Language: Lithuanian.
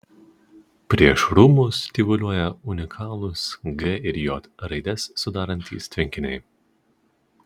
prieš rūmus tyvuliuoja unikalūs g ir j raides sudarantys tvenkiniai